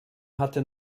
hatte